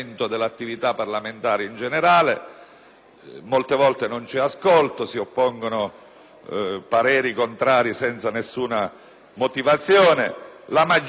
molte volte non c'è ascolto, si oppongono pareri contrari senza nessuna motivazione, la maggioranza è ridotta a ratificare